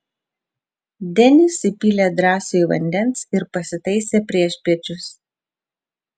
denis įpylė drąsiui vandens ir pasitaisė priešpiečius